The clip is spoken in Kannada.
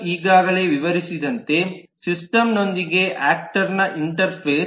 ಈಗಾಗಲೇ ವಿವರಿಸಿದಂತೆ ಸಿಸ್ಟಂನೊಂದಿಗೆ ಯಾಕ್ಟರ್ನ ಇಂಟರ್ಫೇಸ್